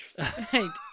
Right